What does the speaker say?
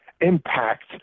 impact